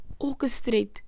orchestrate